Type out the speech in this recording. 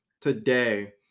today